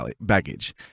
baggage